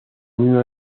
bruno